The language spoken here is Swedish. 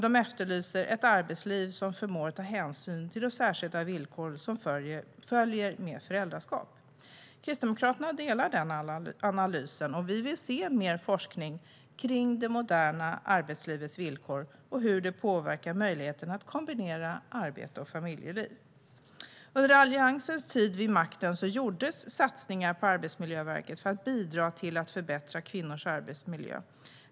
De efterlyser ett arbetsliv som förmår att ta hänsyn till de särskilda villkor som följer med föräldraskap. Kristdemokraterna delar den analysen, och vi vill se mer forskning kring det moderna arbetslivets villkor och hur det påverkar möjligheten att kombinera arbete och familjeliv. Under Alliansens tid vid makten gjordes satsningar på Arbetsmiljöverket för att bidra till att förbättra kvinnors arbetsmiljö.